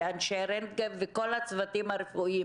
אנשי רנטגן וכל הצוותים הרפואיים,